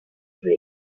bridge